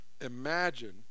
Imagine